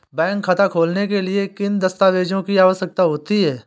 Bank खाता खोलने के लिए किन दस्तावेजों की आवश्यकता होती है?